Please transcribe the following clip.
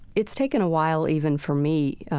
it's taken a while even for me